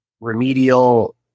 remedial